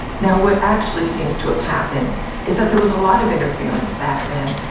now what actually seems to have happened is that there was a lot of interference back then.